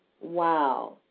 wow